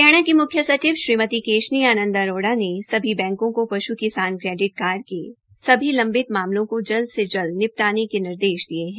हरियाणा की मुख्य सचिव श्रीमती केशनी आनंद अरोड़ा ने सभी ब्रैंकों को पश् किसान क्रेडिट कार्ड के सभी लंबित मामलों को जल्द से जल्द निपटने के निर्देश दिये है